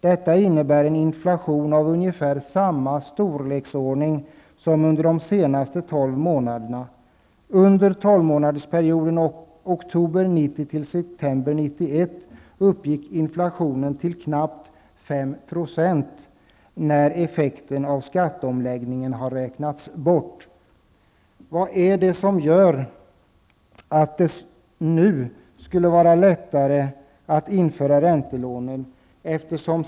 Detta innebär en inflation av ungefär samma storleksordning som den som noterats under de senaste 12 månaderna. Vad är det som gör att det nu skulle vara lättare att införa räntelån?